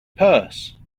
purse